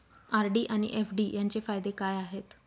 RD आणि FD यांचे फायदे काय आहेत?